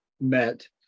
met